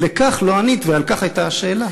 על כך לא ענית, ועל כך הייתה השאלה.